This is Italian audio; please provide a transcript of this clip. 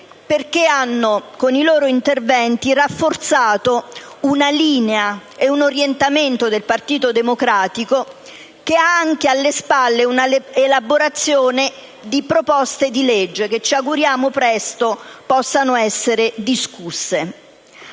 perché, con i loro interventi, hanno rafforzato una linea e un orientamento del Partito Democratico, che ha anche alle spalle l'elaborazione di proposte di legge in materia che ci auguriamo possano essere presto discusse.